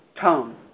tone